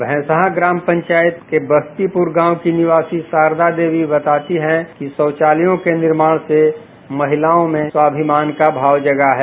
भैंसहा ग्राम पंचायत के बस्तीपुर गांव की निवासी शारदा देवी बताती हैं कि शौचालयों के निर्माण से महिलाओं में स्वाभिमान का भाव जगा है